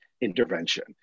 intervention